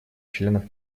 членов